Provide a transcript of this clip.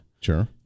Sure